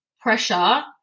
pressure